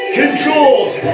controlled